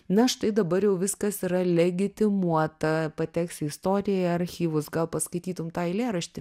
na štai dabar jau viskas yra legitimuota pateksi į istoriją archyvus gal paskaitytum tą eilėraštį